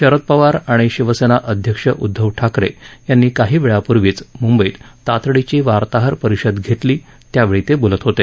शरद पवार आणि शिवसेना अध्यक्ष उद्धव ठाकरे यांनी काही वेळापूर्वीच मूंबईत तातडीची वार्ताहर परिषद घेतली त्यावेळी ते बोलत होते